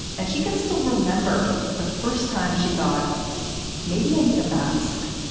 and she can still remember the first time she thought maybe i need a mask.